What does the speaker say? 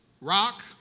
Rock